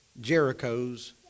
Jerichos